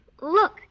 Look